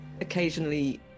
occasionally